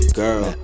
girl